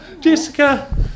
Jessica